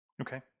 Okay